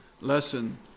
lesson